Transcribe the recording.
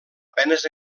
penes